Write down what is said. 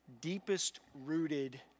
deepest-rooted